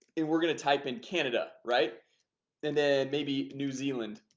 and we're gonna type in canada right and then maybe new zealand